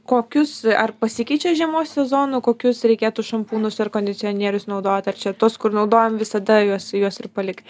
kokius ar pasikeičia žiemos sezonu kokius reikėtų šampūnus ar kondicionierius naudot ar čia tuos kur naudojom visada juos juos ir palikt